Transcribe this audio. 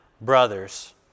brothers